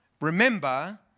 remember